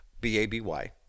B-A-B-Y